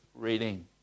reading